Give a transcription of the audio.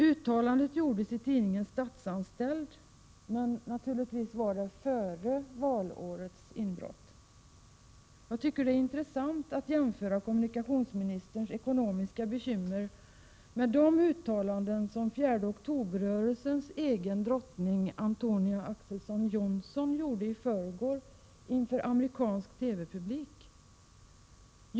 Uttalandet gjordes i tidningen Statsanställd, men det var naturligtvis före valårets början. Jag tycker att det är intressant att jämföra kommunikationsministerns ekonomiska bekymmer med de uttalanden som 4 oktober-rörelsens egen drottning Antonia Ax:son Johnson gjorde i förrgår inför amerikansk TV-publik.